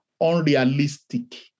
unrealistic